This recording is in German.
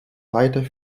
weiter